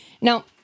Now